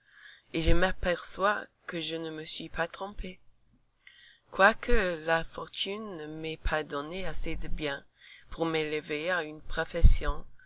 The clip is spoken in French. et je m'aperçois que je ne me suis pas trompé quoique la fortune ne m'ait pas donné assez de biens pour m'élever à une profession